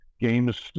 games